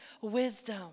wisdom